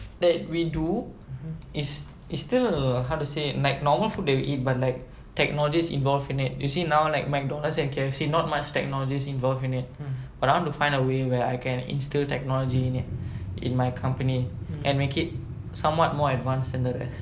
that we do is is still err how to say like normal food that we eat like technology's involved in it you see now like McDonald's and K_F_C not much technologies involved in it but I want to find a way where I can instill technology in it in my company and make it somewhat more advanced than the rest